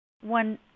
One